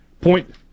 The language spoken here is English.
Point